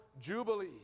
jubilee